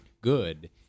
good